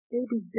Baby